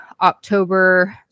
October